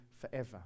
forever